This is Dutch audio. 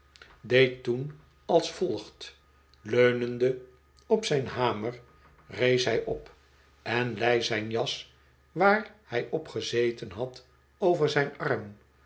deed toen als volgt leunende op zijn hamer rees hij op en lei zijn jas waar hij op gezeten had over zijn arm